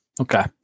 Okay